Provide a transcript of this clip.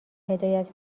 هدایت